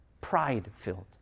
Pride-filled